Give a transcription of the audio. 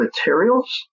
materials